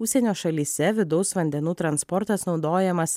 užsienio šalyse vidaus vandenų transportas naudojamas